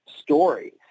stories